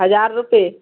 हज़ार रुपये